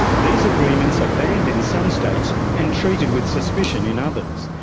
these agreements are banned in some states and treated with suspicion in others.